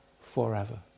forever